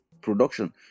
production